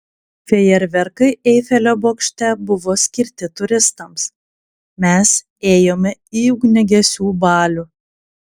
fejerverkai eifelio bokšte buvo skirti turistams mes ėjome į ugniagesių balių